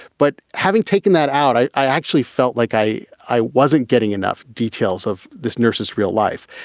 but having taken that out, i i actually felt like i i wasn't getting enough details of this nurse's real life.